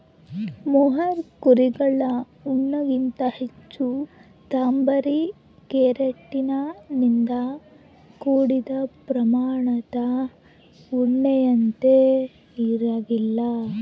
mohair ಕುರಿಗಳ ಉಣ್ಣೆಗಿಂತ ಹೆಚ್ಚು ದುಬಾರಿ ಕೆರಾಟಿನ್ ನಿಂದ ಕೂಡಿದ ಪ್ರಾಮಾಣಿತ ಉಣ್ಣೆಯಂತೆ ಇರಂಗಿಲ್ಲ